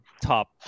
top